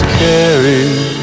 carried